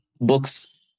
books